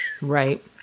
Right